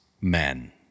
men